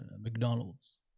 McDonald's